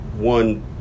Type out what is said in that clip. one